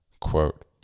quote